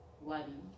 one